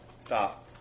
Stop